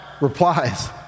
replies